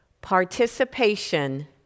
Participation